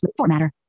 Formatter